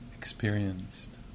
experienced